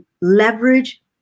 leverage